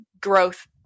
growth